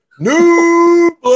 New